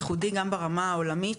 ייחודי גם ברמה העולמית,